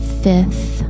fifth